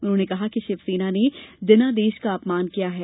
उन्होंने कहा कि शिवसेना ने जनादेश का अपमान किया है